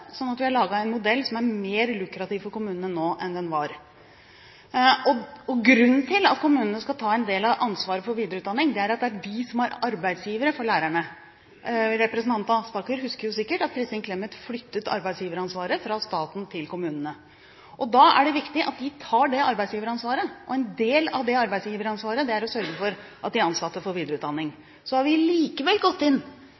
at vi har laget en modell som er mer lukrativ for kommunene nå enn den var. Grunnen til at kommunene skal ta en del av ansvaret for videreutdanning, er at det er de som er arbeidsgivere for lærerne. Representanten Aspaker husker jo sikkert at Kristin Clemet flyttet arbeidsgiveransvaret fra staten til kommunene. Da er det viktig at de tar det arbeidsgiveransvaret, og en del av det er å sørge for at de ansatte får videreutdanning. Så har vi likevel gått inn